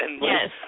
Yes